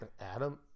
Adam